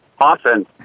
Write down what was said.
often